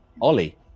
ollie